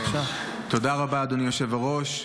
תודה רבה, אדוני היושב-ראש.